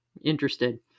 interested